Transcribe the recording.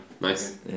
Nice